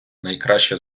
найкраще